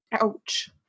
Ouch